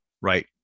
right